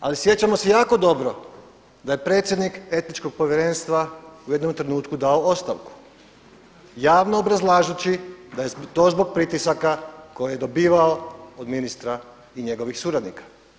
Ali sjećamo se jako dobro da je predsjednik Etičkog povjerenstva u jednom trenutku dao ostavku, javno obrazlažući da je to zbog pritisaka koje je dobivao od ministra i njegovih suradnika.